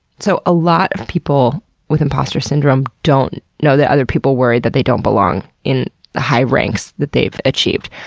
so a lot of people with imposter syndrome don't know that other people worry that they don't belong in the high ranks that they've achieved,